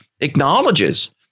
acknowledges